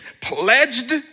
Pledged